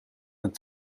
een